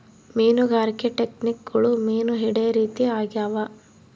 ಮೀನುಗಾರಿಕೆ ಟೆಕ್ನಿಕ್ಗುಳು ಮೀನು ಹಿಡೇ ರೀತಿ ಆಗ್ಯಾವ